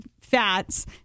fats